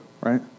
Right